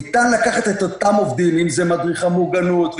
ניתן לקחת את אותם עובדים אם זה מדריך המוגנות,